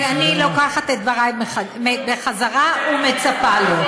אני לוקחת את דברי בחזרה, ומצפה לו.